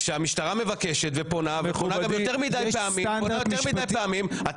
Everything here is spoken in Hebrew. כשהמשטרה מבקשת ופונה וגם פונה יותר מדי פעמים.